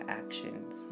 actions